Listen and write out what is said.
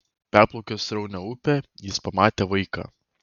perplaukęs sraunią upę jis pamatė vaiką